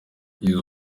izo